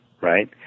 right